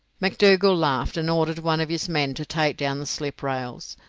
mcdougall laughed, and ordered one of his men to take down the slip-rails,